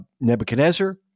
Nebuchadnezzar